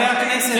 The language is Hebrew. תתבייש לך.